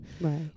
right